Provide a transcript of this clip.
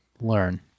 learn